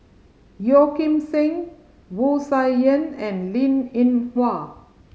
Yeo Kim Seng Wu Tsai Yen and Linn In Hua